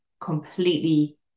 completely